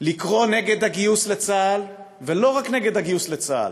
לקרוא נגד הגיוס לצה"ל, ולא רק נגד הגיוס לצה"ל,